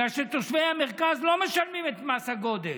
מפני שתושבי המרכז לא משלמים את מס הגודש.